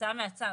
כתוצאה מהצו,